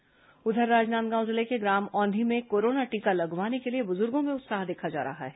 corona समाचार उधर राजनांदगांव जिले के ग्राम औंधी में कोरोना टीका लगवाने के लिए बुजुर्गों में उत्साह देखा जा रहा है